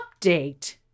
update